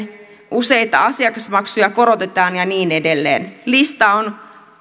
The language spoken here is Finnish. useita asiakasmaksuja korotetaan ja niin edelleen lista on